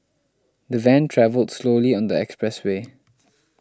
the van travelled slowly on the expressway